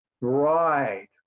right